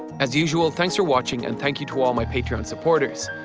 as usual thanks for watching and thank you to all my patreon supporters.